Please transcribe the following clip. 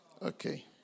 Okay